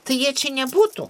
tai jie čia nebūtų